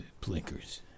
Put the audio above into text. blinkers